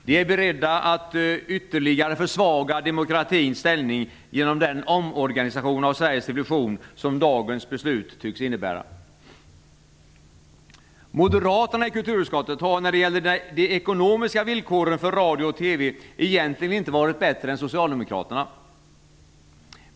De är beredda att ytterligare försvaga demokratins ställning genom den omorganisation av Sveriges Television som dagens beslut tycks innebära. Moderaterna i kulturutskottet har egentligen inte varit bättre än socialdemokraterna när det gäller frågan om de ekonomiska villkoren för radio och TV.